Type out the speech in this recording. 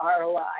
ROI